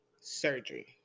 surgery